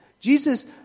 Jesus